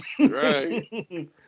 right